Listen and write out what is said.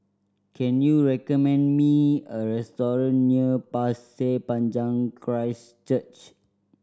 can you recommend me a restaurant near Pasir Panjang Christ Church